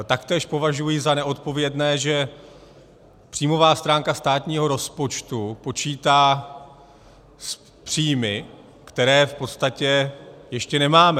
Taktéž považuji za neodpovědné, že příjmová stránka státního rozpočtu počítá s příjmy, které v podstatě ještě nemáme.